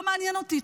לא מעניין אותי,